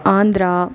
Andhra